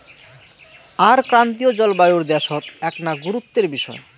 আর ক্রান্তীয় জলবায়ুর দ্যাশত এ্যাকনা গুরুত্বের বিষয়